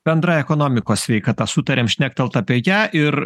bendra ekonomikos sveikata sutarėm šnektelti apie ją ir